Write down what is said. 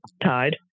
tied